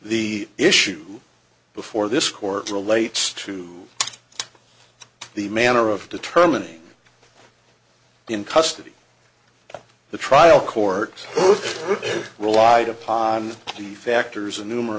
the issue before this court relates to the manner of determining in custody the trial court relied upon the factors a numer